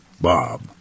Bob